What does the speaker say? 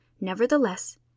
Nevertheless